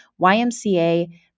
YMCA